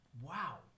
wow